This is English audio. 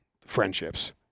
friendships